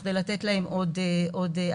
בכדי לתת להם עוד העשרה.